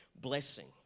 blessing